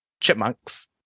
chipmunks